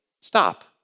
stop